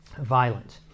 violence